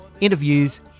interviews